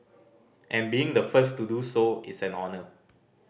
and being the first to do so is an honour